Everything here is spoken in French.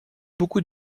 beaucoup